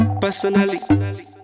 personally